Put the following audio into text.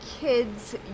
kids